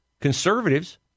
Conservatives